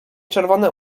czerwone